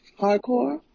Hardcore